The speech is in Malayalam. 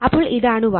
അപ്പോൾ ഇതാണ് Y